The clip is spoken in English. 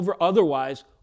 otherwise